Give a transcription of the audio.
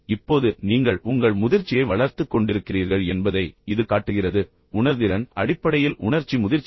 இப்போது நீங்கள் உங்கள் முதிர்ச்சியை வளர்த்துக் கொண்டிருக்கிறீர்கள் என்பதை இது காட்டுகிறது உணர்திறன் அடிப்படையில் உணர்ச்சி முதிர்ச்சி